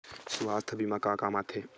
सुवास्थ बीमा का काम आ थे?